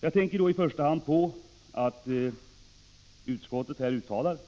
Jag tänker då i första hand på att utskottet uttalar